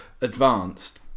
advanced